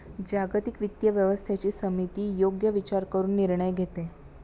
जागतिक वित्तीय व्यवस्थेची समिती योग्य विचार करून निर्णय घेते